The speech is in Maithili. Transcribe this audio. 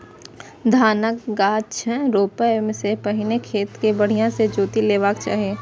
धानक गाछ रोपै सं पहिने खेत कें बढ़िया सं जोति लेबाक चाही